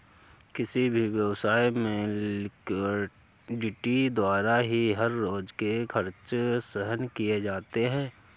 किसी भी व्यवसाय में लिक्विडिटी द्वारा ही हर रोज के खर्च सहन किए जाते हैं